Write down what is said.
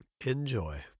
Enjoy